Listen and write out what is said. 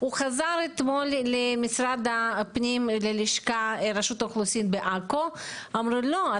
הוא חזר אתמול לרשות האוכלוסין בעכו ואמרו לו לא,